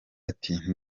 ati